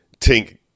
Tink